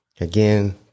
Again